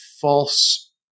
false